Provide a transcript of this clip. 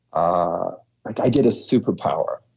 ah like i get a super power,